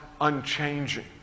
unchanging